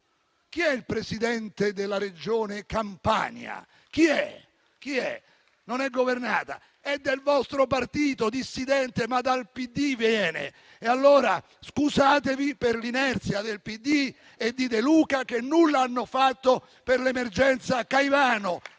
Chi è il Presidente della Regione Campania? Chi è? Non è governata? È del vostro partito, dissidente, ma viene dal PD. E, allora, scusatevi per l'inerzia del PD e di De Luca che nulla hanno fatto per l'emergenza Caivano,